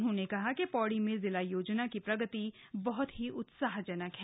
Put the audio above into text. उन्होंने कहा कि शौड़ी में जिला योजना की प्रगति बहत ही उत्साहजनक है